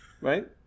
right